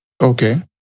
Okay